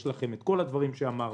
יש לכם כל הדברים שאמרנו: